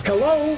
Hello